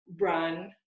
run